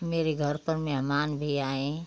मेरे घर पर मेहमान भी आएँ